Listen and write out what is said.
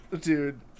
Dude